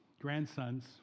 grandsons